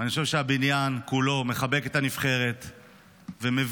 ואני חושב שהבניין כולו מחבק את הנבחרת ומבין,